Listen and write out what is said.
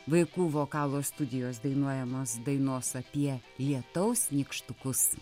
vaikų vokalo studijos dainuojamos dainos apie lietaus nykštukus